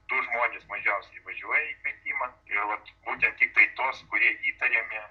du žmonės mažiausiai važiuoja į kvietimą ir vat būtent tiktai tuos kurie įtariami